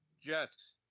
Jets